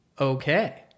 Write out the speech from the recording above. okay